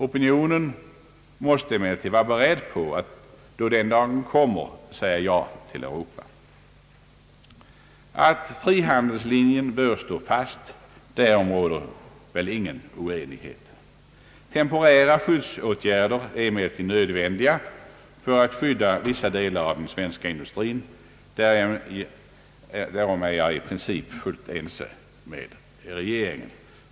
Opinionen måste emellertid vara beredd på att säga ja till Europa när den dagen kommer. Att frihandelslinjen bör stå fast, därom råder ingen oenighet. Temporära skyddsåtgärder är emellertid nödvändiga för att skydda vissa delar av den svenska industrin, därom är jag i princip ense med regeringen.